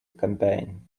campaign